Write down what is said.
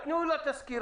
תנו לה לסקור.